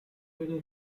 crater